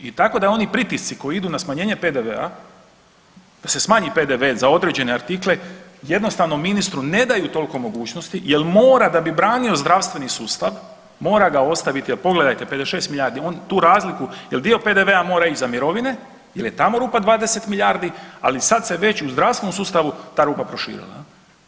I tako da oni pritisci koji idu na smanjenje PDV-a, da se smanji PDV za određene artikle jednostavno ministru ne daju tolko mogućnosti jel mora da bi branio zdravstveni sustav mora ga ostaviti jel pogledajte 56 milijardi, on tu razliku jel dio PDV-a mora ić za mirovine jel je tamo rupa 20 milijardi, ali sad se već u zdravstvenom sustavu ta rupa proširila jel.